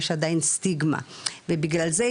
יש עדיין סטיגמה ובגלל זה,